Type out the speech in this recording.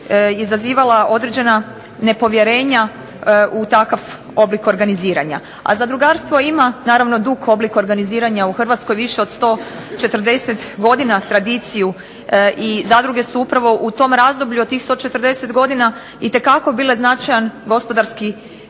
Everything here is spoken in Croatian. izazivala određena nepovjerenja u takav oblik organiziranja. A zadrugarstvo ima naravno dug oblik organiziranja u Hrvatskoj više od 140 godina tradiciju i zadruge su upravo u tom razdoblju od tih 140 godina itekako bile značajan gospodarski